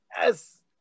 Yes